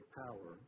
power